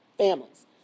Families